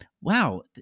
wow